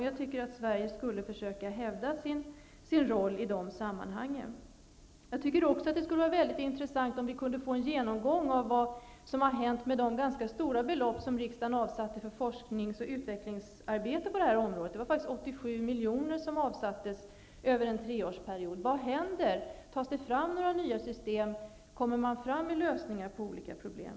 Jag tycker att Sverige skullle försöka hävda sin roll i de sammanhangen. Det skulle också vara mycket intressant om vi kunde få en genomgång av vad som har hänt med de ganska stora belopp som riksdagen avsatte för forsknings och utvecklingsarbete på det här området. 87 miljoner avsattes faktiskt över en treårsperiod. Vad händer? Tas det fram några nya system? Kommer man fram med lösningar på olika problem?